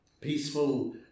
peaceful